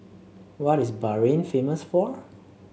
what is Bahrain famous for